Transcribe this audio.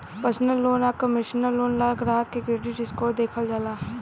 personal loan आ commercial loan ला ग्राहक के क्रेडिट स्कोर देखल जाला